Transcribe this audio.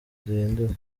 duhindure